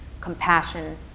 compassion